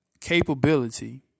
capability